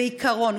בעיקרון,